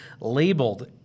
labeled